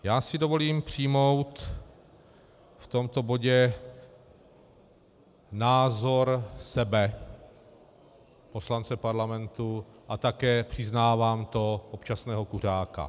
Já si dovolím přijmout v tomto bodě názor sebe, poslance parlamentu a také, přiznávám to, občasného kuřáka.